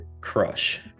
crush